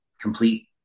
complete